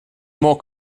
more